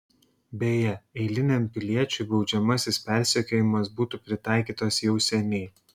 beje eiliniam piliečiui baudžiamasis persekiojimas būtų pritaikytas jau seniai